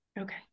Okay